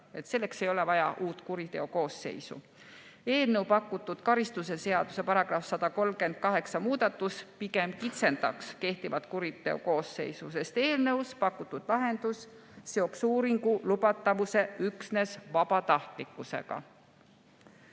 Selleks ei ole vaja uut kuriteokoosseisu. Eelnõu pakutud karistusseadustiku § 138 muudatus pigem kitsendaks kehtivat kuriteokoosseisu, sest eelnõus pakutud lahendus seoks uuringu lubatavuse üksnes vabatahtlikkusega.